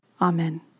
Amen